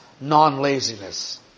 non-laziness